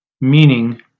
meaning